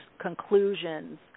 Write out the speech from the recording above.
conclusions